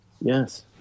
Yes